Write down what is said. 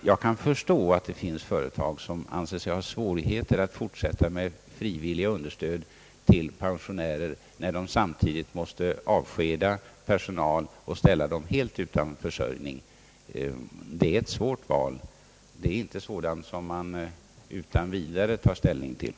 Jag kan förstå att det finns företag som anser sig ha svårigheter att fortsätta med frivilliga understöd till pensionärer, när de samtidigt måste avskeda personal och ställa den helt utan försörjning. Det är ett svårt val, som man inte utan vidare tar ställning till.